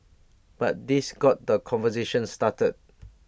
but this got the conversation started